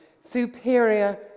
superior